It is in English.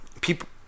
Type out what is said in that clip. People